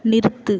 நிறுத்து